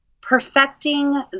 perfecting